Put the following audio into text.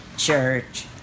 church